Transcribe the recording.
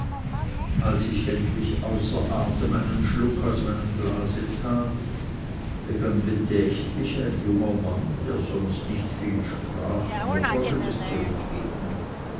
als ich endlich außer atem einen schluck aus meinem glase tat begann bedächtlich ein junger mann der sonst nicht viel sprach mir folgendes zu entgegnen